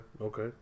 okay